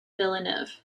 villeneuve